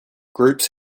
groups